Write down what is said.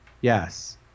yes